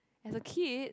as a kid